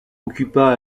occupa